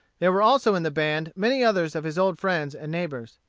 there were also in the band many others of his old friends and neighbors.